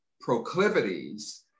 proclivities